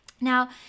Now